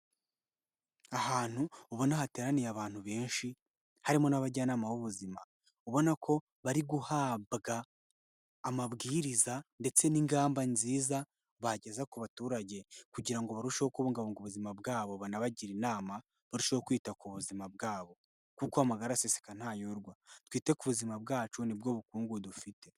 Ahantu ubona hateraniye abantu benshi harimo n'abajyanama b'ubuzima, ubona ko bari guhabwa amabwiriza ndetse n'ingamba nziza bageza ku baturage kugira ngo barusheho kubungabunga ubuzima bwabo, banabagire inama barusheho kwita ku buzima bwabo kuko amagara araseseka ntayorwa, twite ku buzima bwacu ni bwo bukungu dufite.